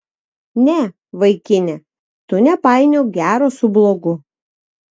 ne vaikine tu nepainiok gero su blogu